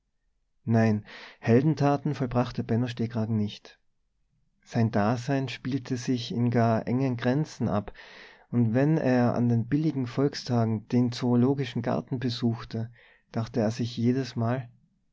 nein heldentaten vollbrachte benno stehkragen nicht sein dasein spielte sich in gar engen grenzen ab und wenn er an den billigen volkstagen den zoologischen garten besuchte dachte er sich jedesmal